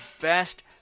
best